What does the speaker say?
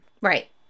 Right